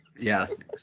yes